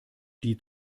die